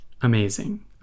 Amazing